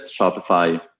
Shopify